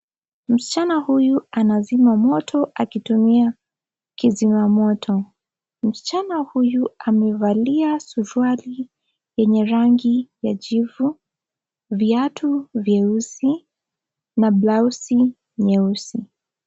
Msichana huyu anazima moto akitumia kizima moto, msichana huyu amevalia suruali yenye rangi ya jivu, viatu vyeusi na blausi nyeusi.